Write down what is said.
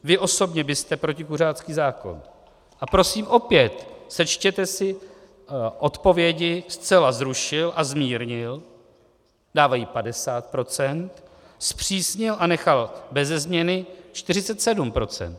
Vy osobně byste protikuřácký zákon a prosím opět, sečtěte si odpovědi zcela zrušil a zmírnil, dávají 50 %, zpřísnil a nechal beze změny 47 %.